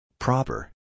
Proper